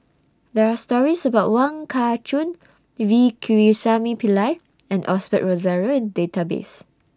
There Are stories about Wong Kah Chun V Pakirisamy Pillai and Osbert Rozario in The Database